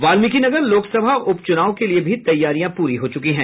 वाल्मीकिनगर लोकसभा उप चुनाव के लिए भी तैयारियां पूरी को चुकी है